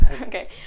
Okay